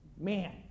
man